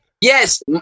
Yes